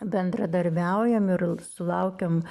bendradarbiaujam ir sulaukiam